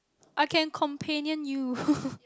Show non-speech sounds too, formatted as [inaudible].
I can companion you [laughs]